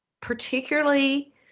particularly